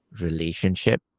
relationship